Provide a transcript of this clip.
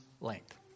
length